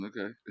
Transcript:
okay